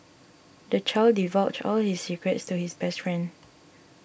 the child divulged all his secrets to his best friend